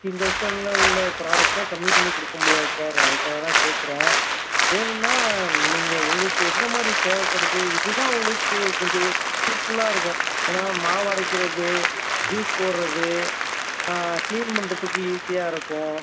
fifteen தௌசண்ட்ல உள்ள ப்ராடக்டை கம்மி பண்ணி கொடுக்க முடியாது சார் அதுக்காக தான் கேட்குறேன் வேணும்னா நீங்கள் உங்களுக்கு எந்த மாதிரி தேவைப்படுது இது தான் உங்களுக்கு கொஞ்சம் பீஸ்ஃபுல்லாக இருக்கும் ஏன்னா மாவரைக்கிறது ஜூஸ் போடுறது க்ளீன் பண்ணுறதுக்கு ஈசியாக இருக்கும்